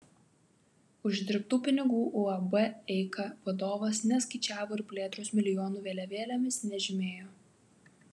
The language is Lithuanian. uždirbtų pinigų uab eika vadovas neskaičiavo ir plėtros milijonų vėliavėlėmis nežymėjo